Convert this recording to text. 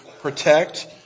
protect